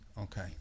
Okay